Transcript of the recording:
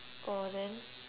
oh then